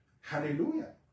Hallelujah